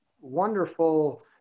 wonderful